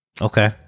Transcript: Okay